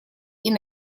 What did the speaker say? или